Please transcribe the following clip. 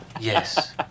Yes